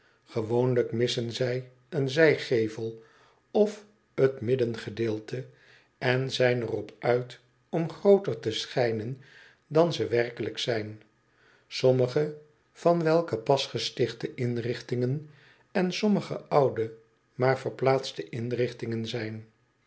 missen zij een zijvleugel of t middengedeelte en zijn er op uit om grooter te schijnen dat ze werkelijk zijn sommige van welke pas gestichte inrichtingen en sommige oude maar verplaatste inrichtingen zijn